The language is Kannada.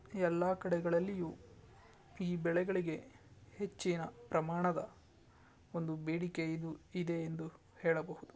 ಎಲ್ಲ ಕಡೆಗಳಲ್ಲಿಯೂ ಈ ಬೆಳೆಗಳಿಗೆ ಹೆಚ್ಚಿನ ಪ್ರಮಾಣದ ಒಂದು ಬೇಡಿಕೆ ಇನ್ನೂ ಇದೆ ಎಂದು ಹೇಳಬಹುದು